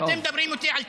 ואתם מדברים איתי על תקנון?